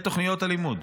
את תוכניות הלימוד,